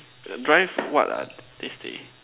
drive what ah they say